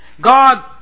God